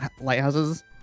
lighthouses